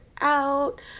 out